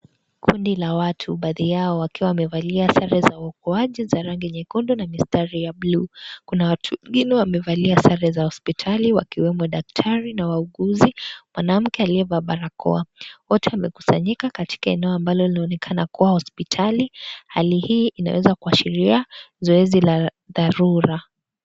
Kundi la watu baadhi yao wakiwa wamevalia sare za ukoaji za rangi nyekundu na mistari ya bluu. Kuna watu wengine wamevalia sare za hospitali wakiwemo daktari na wauguzi mwanamme aliyevaa barakoa wote wamekusanyika katika eneo ambalo linaonekana kuwa hospitali hali hiyo inaweza kuashiria zoezi la dharura.